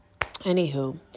Anywho